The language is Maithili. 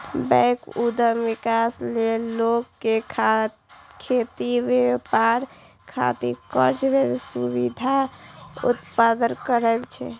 बैंक उद्यम विकास लेल लोक कें खेती, व्यापार खातिर कर्ज के सुविधा उपलब्ध करबै छै